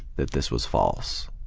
that this was false.